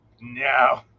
no